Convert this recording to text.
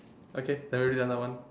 okay then we'll do the other one